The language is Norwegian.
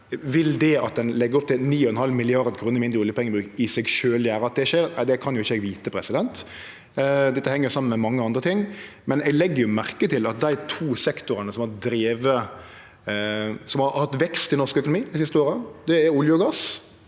Vil det at ein legg opp til 9,5 mrd. kr mindre i oljepengebruk, i seg sjølv gjere at det skjer? Det kan eg ikkje vite – dette heng saman med mange andre ting – men eg legg merke til at dei to sektorane som har hatt vekst i norsk økonomi dei siste åra, er olje og gass